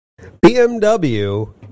BMW